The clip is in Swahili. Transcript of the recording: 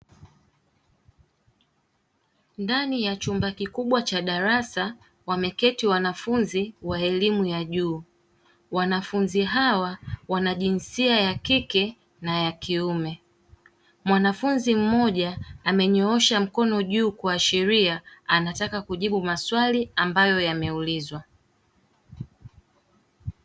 Ndani ya chumba kikubwa cha darasa wameketi wanafunzi wa elimu ya juu wanafunzi hawa wanajinsia yakike na yakiume, mwanafunzi mmoja amenyoosha mkono juu kuashiria anataka kujibu maswali ambayo yameulizwa.